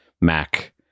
Mac